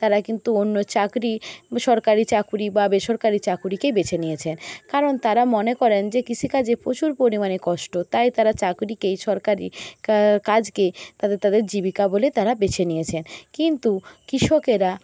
তারা কিন্তু অন্য চাকরি সরকারি চাকরি বা বেসরকারি চাকরিকেই বেছে নিয়েছেন কারণ তাঁরা মনে করেন যে কৃষিকাজে প্রচুর পরিমাণে কষ্ট তাই তাঁরা চাকরিকেই সরকারি কাজকে তাঁদের জীবিকা বলে তারা বেছে নিয়েছেন কিন্তু কৃষকেরা